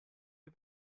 mir